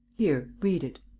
here, read it.